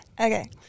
Okay